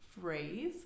phrase